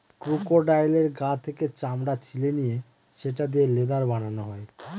ক্রোকোডাইলের গা থেকে চামড়া ছিলে নিয়ে সেটা দিয়ে লেদার বানানো হয়